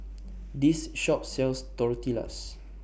This Shop sells Tortillas